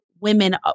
women